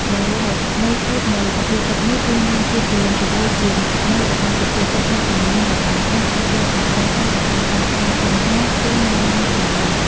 ដោយឡែក ន័យធៀបនៃសុភាសិតនេះ គឺមានភាពទូលំទូលាយជាងនៃរបស់សុភាសិតនៅតែមានតម្លៃ ហើយអាចយកមកប្រើប្រាស់ដើម្បីដោះស្រាយបញ្ហា ឬណែនាំផ្លូវបាន។